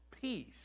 peace